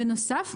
בנוסף,